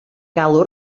galw